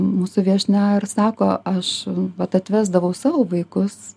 mūsų viešnia ir sako aš vat atvesdavau savo vaikus